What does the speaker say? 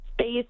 space